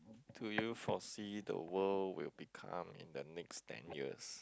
do you foresee the world will become in the next ten years